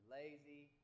lazy